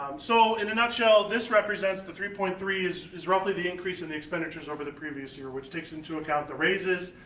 so, in a nutshell, this represents the three point three is is roughly the increase in the expenditures over the previous year which takes into account the raises,